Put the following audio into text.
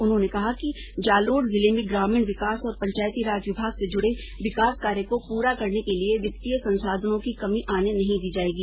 उन्होंने कहा कि जालोर जिले में ग्रामीण विकास और पंचायती राज विभाग से जूडे विकास कार्य को पूरा करने में वित्तीय संसाधनों की कमी नहीं आने दी जायेगी